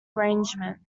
arrangement